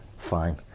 fine